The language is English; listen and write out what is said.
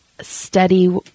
steady